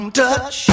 touch